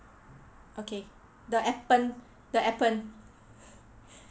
okay the appen the appen